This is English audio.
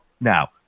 now